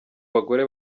bagore